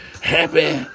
Happy